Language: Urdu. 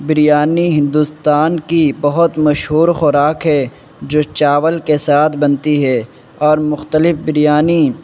بریانی ہندوستان کی بہت مشہور خوراک ہے جو چاول کے ساتھ بنتی ہے اور مختلف بریانی